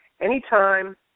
anytime